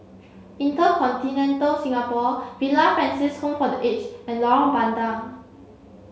InterContinental Singapore Villa Francis Home for the Aged and Lorong Bandang